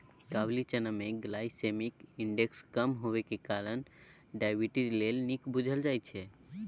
काबुली चना मे glycemic index कम हेबाक कारणेँ डायबिटीज लेल नीक बुझल जाइ छै